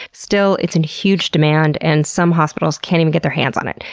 still, it's in huge demand and some hospitals can't even get their hands on it.